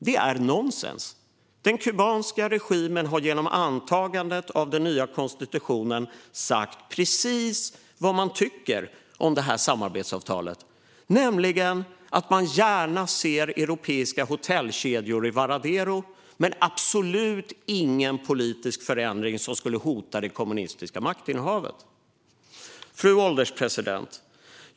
Det är nonsens. Den kubanska regimen har genom antagandet av den nya konstitutionen sagt precis vad de tycker om samarbetsavtalet, nämligen att de gärna ser europeiska hotellkedjor i Varadero men absolut ingen politisk förändring som skulle hota det kommunistiska maktinnehavet. Fru ålderspresident!